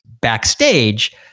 backstage